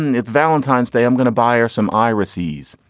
and it's valentine's day, i'm going to buy or some irises.